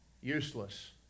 Useless